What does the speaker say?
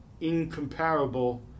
incomparable